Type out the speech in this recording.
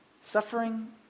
suffering